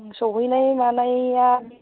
सौहैनाय मानाया